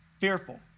fearful